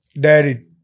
daddy